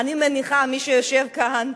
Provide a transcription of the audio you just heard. אני מניחה כי מי שיושב כאן,